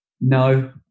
No